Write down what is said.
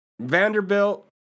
Vanderbilt